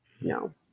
no